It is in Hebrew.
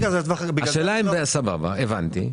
הבנתי.